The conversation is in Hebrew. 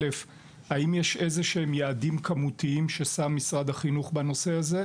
האם יש איזשהם יעדים כמותיים ששם משרד החינוך בנושא הזה.